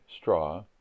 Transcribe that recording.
straw